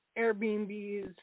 Airbnbs